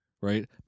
right